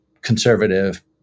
conservative